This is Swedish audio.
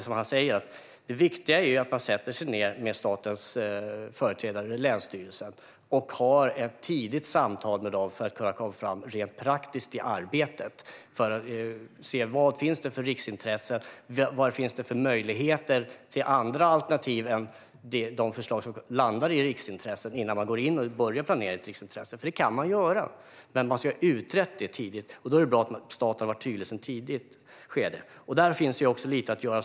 Som han säger är det viktiga att man sätter sig ned med statens företrädare, alltså länsstyrelsen, och tidigt har ett samtal för att se vilka riksintressen som finns och vilka andra alternativ som finns innan man börjar planera i ett riksintresse. Man kan ju göra det, men man ska ha utrett det tidigt. Då är det bra om staten har varit tydlig redan i ett tidigt skede. Där finns det lite att göra.